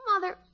Mother